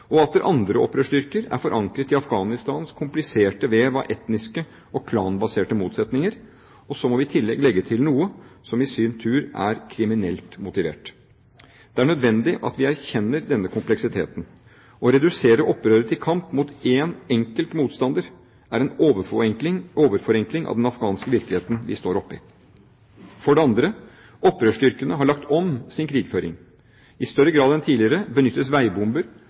Atter andre opprørsstyrker er forankret i Afghanistans kompliserte vev av etniske og klanbaserte motsetninger. Så må vi i tillegg legge til noe som i sin tur er kriminelt motivert. Det er nødvendig at vi erkjenner denne kompleksiteten. Å redusere opprøret til kamp mot én enkelt motstander er en overforenkling av den afghanske virkeligheten vi står oppe i. For det andre: Opprørsstyrkene har lagt om sin krigføring. I større grad enn tidligere benyttes veibomber,